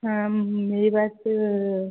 हाँ मेरी बात